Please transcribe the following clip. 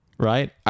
Right